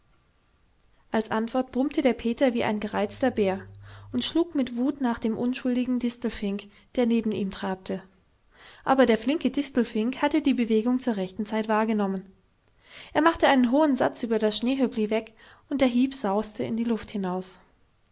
als antwort brummte der peter wie ein gereizter bär und schlug mit wut nach dem unschuldigen distelfink der neben ihm trabte aber der flinke distelfink hatte die bewegung zur rechten zeit wahrgenommen er machte einen hohen satz über das schneehöppli weg und der hieb sauste in die luft hinaus